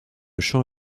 champ